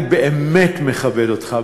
אני באמת מכבד אותך,